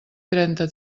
trenta